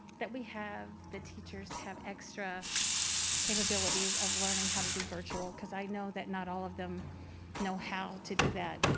that we have, the teachers have extra capabilities of learning how to do virtual. cause i know that not all of them know how to do that,